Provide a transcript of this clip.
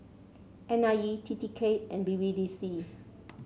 N I E T T K and B B D C